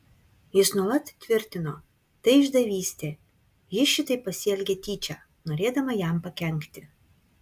jis nuolat tvirtino tai išdavystė ji šitaip pasielgė tyčia norėdama jam pakenkti